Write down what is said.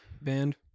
band